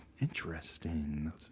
interesting